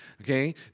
okay